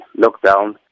lockdown